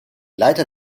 leiter